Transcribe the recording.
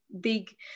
big